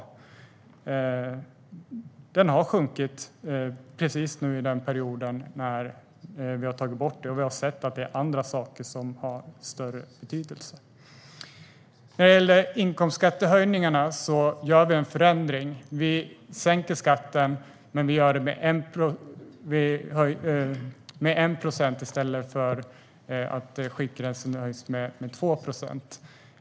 Ungdomsarbetslösheten har sjunkit precis under den period som har gått sedan vi tog bort detta, och vi har sett att det är andra saker som har större betydelse. När det gäller inkomstskattehöjningarna gör vi en förändring. Vi sänker skatten, men vi gör det med 1 procent i stället för att höja skiktgränsen med 2 procent.